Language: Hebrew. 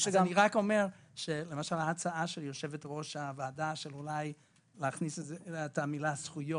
ההצעה של יושבת-ראש הוועדה להכניס את מילה "זכויות"